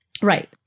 Right